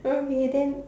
okay then